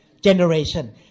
generation